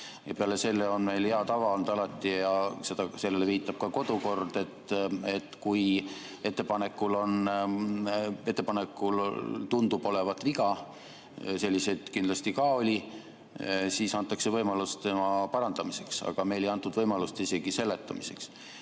Peale selle on meil alati olnud hea tava – ja sellele viitab ka kodukord –, et kui ettepanekus tundub olevat viga, selliseid kindlasti ka oli, siis antakse võimalus selle parandamiseks. Aga meile ei antud võimalust isegi seletamiseks.